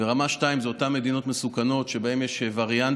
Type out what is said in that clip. ברמה 2 זה אותן מדינות מסוכנות שבהן יש וריאנטים